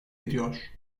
ediyor